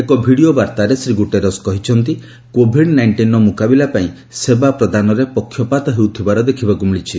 ଏକ ଭିଡ଼ିଓ ବାର୍ତ୍ତାରେ ଶ୍ରୀ ଗୁଟେରସ କହିଛନ୍ତି କୋଭିଡ ନାଇଷ୍ଟିନର ମୁକାବିଲା ପାଇଁ ସେବା ପ୍ରଦାନରେ ପକ୍ଷପାତ ହେଉଥିବାର ଦେଖିବାକୁ ମିଳିଛି